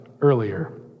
earlier